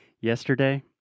Yesterday